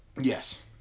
Yes